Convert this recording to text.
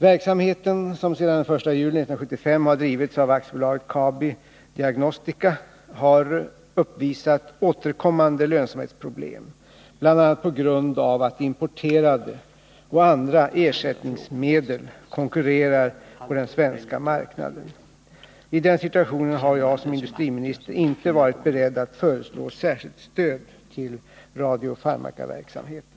Verksamheten, som sedan den 1 juli 1975 har drivits av AB Kabi Diagnostica, har uppvisat återkommande lönsamhetsproblem bl.a. på grund av att importerade och andra ersättningsmedel konkurrerar på den svenska marknaden. I den situationen har jag som industriminister inte varit beredd att föreslå särskilt stöd till radiofarmakaverksamheten.